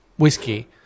whiskey